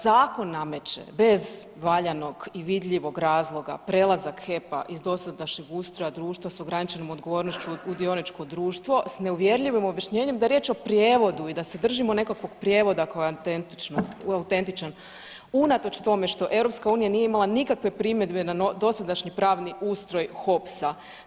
Zakon nameće, bez valjanog i vidljivog razloga prelazak HEP-a iz dosadašnjeg ustroja društva s ograničenom odgovornošću u dioničko društvo s neuvjerljivim objašnjenjem da je riječ o prijevodu i da se držimo nekakvog prijevoda koje je autentičan, unatoč tome što EU nije imala nikakve primjedbe na dosadašnji pravni ustroj HOPS-a.